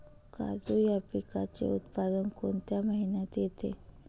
काजू या पिकाचे उत्पादन कोणत्या महिन्यात येते?